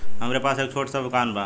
हमरे पास एक छोट स दुकान बा